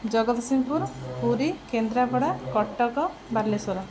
Jagatsinghpur Puri Kendrapara Cuttack Balasore